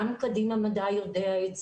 גם קדימה מדע יודע את זה,